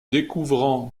découvrant